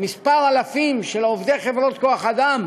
כמה אלפי עובדי חברות כוח-אדם